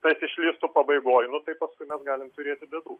tas išlįstų pabaigoj nu tai paskui mes galim turėti bėdų